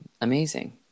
amazing